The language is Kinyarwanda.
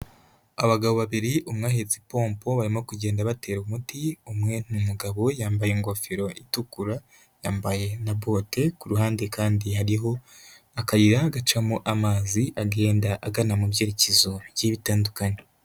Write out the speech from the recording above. Abagabo babiri, umwe ahetse ipompo barimo kugenda batera umuti, umwe ni umugabo yambaye ingofero itukura, yambaye na bote, ku ruhande kandi hariho akayira gacamo amazi agenda agana mu byerekezo bigiye bitandukanye.